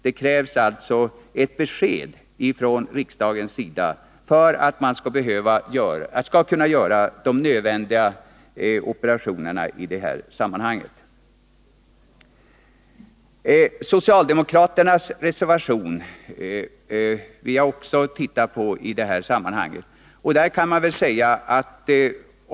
Det krävs alltså ett besked från riksdagens sida för att man skall kunna göra nödvändiga operationer. Jag vill också i det här sammanhanget säga något om socialdemokraternas reservation.